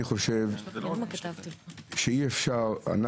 אומרים: תביא שקיות מהבית אבל כשנוגע למשלוחים,